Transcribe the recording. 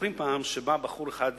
מספרים שפעם בא בחור אחד,